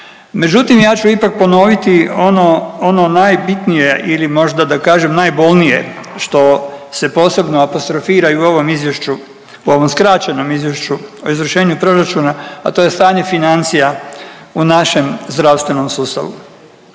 Međutim, ja ću ipak ponoviti ono, ono najbitnije ili možda da kažem najbolnije što se posebno apostrofira i u ovom izvješću, u ovom skraćenom Izvješću o izvršenju proračuna, a to je stanje financija u našem zdravstvenom sustavu.